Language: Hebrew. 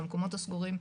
למקומות הסגורים,